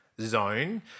zone